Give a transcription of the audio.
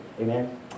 Amen